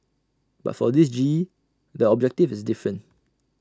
but for this G E the objective is different